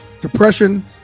Depression